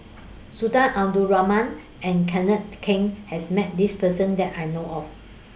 Sultan Abdul Rahman and Kenneth Keng has Met This Person that I know of